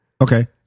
okay